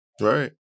Right